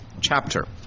chapter